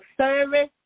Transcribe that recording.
service